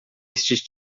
este